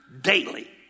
daily